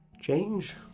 change